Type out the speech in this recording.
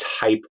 type